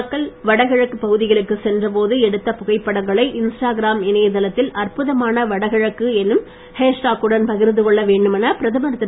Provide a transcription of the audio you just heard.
மக்கள் வடகிழக்கு பகுதிகளுக்கு சென்றபோது எடுத்த புகைப்படங்களை இன்ஸ்டாகிராம் இணையப் பக்கத்தில் அற்புதமான வடகிழக்கு என்னும் ஹேஷ்டாக் குடன் பகிர்ந்துகொள்ள வேண்டுமென பிரதமர் திரு